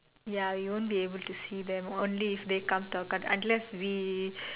ya we won't be able to see them only if they come to our country unless we